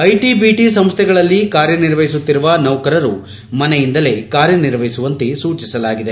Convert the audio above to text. IT BT ಸಂಸ್ಥೆಗಳಲ್ಲಿ ಕಾರ್ಯನಿರ್ವಹಿಸುತ್ತಿರುವ ನೌಕರರು ಮನೆಯಿಂದಲೇ ಕಾರ್ಯ ನಿರ್ವಹಿಸುವಂತೆ ಸೂಚಿಸಲಾಗಿದೆ